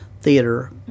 Theater